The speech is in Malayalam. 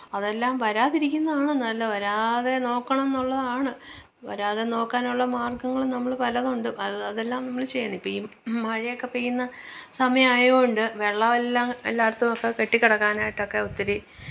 അതെല്ലാം വരാതിരിക്കുന്നതാണ് നല്ലത് വരാതെ നോക്കണം എന്നുള്ളത് വരാതെ നോക്കാനുള്ള മാര്ഗങ്ങളും നമ്മള് പലതുണ്ട് അത് അതെല്ലാം നമ്മള് ചെയ്യണം ഇപ്പം ഈ മഴയൊക്കെ പെയ്യുന്ന സമയം ആയതുകൊണ്ട് വെള്ളവെല്ലാം അങ്ങ് എല്ലായിടത്തുമൊക്കെ കെട്ടി കിടക്കാനായിട്ടൊക്കെ ഒത്തിരി